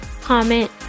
comment